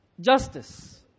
justice